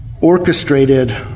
orchestrated